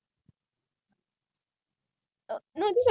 !huh! I thought you say dancer all